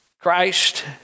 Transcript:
Christ